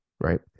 right